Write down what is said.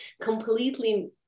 completely